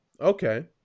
okay